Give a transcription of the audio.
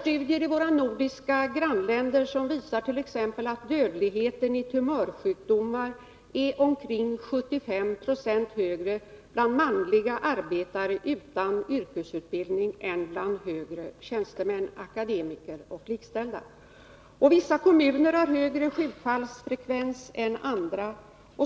Studier i våra nordiska grannländer visar t.ex. att dödligheten i tumörsjukdomar är omkring 75 26 högre bland manliga arbetare utan yrkesutbildning än bland högre tjänstemän, akademiker och likställda. Vissa kommuner har högre sjukdomsfallsfrekvens än andra.